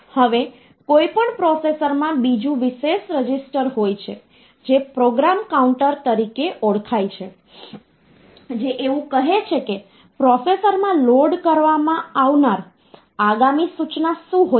હવે કોઈપણ પ્રોસેસરમાં બીજું વિશેષ રજીસ્ટર હોય છે જે પ્રોગ્રામ કાઉન્ટર તરીકે ઓળખાય છે જે એવું કહે છે કે પ્રોસેસરમાં લોડ કરવામાં આવનાર આગામી સૂચના શું હોય છે